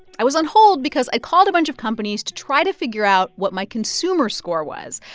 i was on hold because i called a bunch of companies to try to figure out what my consumer score was.